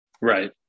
Right